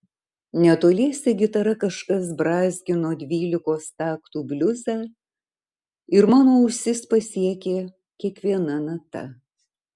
netoliese gitara kažkas brązgino dvylikos taktų bliuzą ir mano ausis pasiekė kiekviena nata